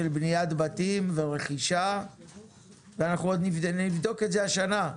בניית בתים ורכישה ואנחנו עוד נבדוק את זה השנה,